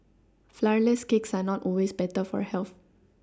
flourless cakes are not always better for health